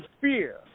fear